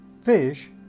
Fish